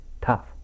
tough